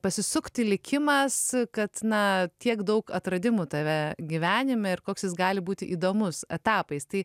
pasisukti likimas kad na tiek daug atradimų tave gyvenime ir koks jis gali būti įdomus etapais tai